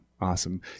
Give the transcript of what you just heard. awesome